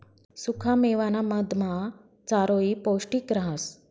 सुखा मेवाना मधमा चारोयी पौष्टिक रहास